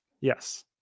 Yes